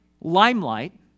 limelight